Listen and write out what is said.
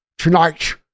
Tonight